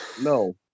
no